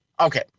Okay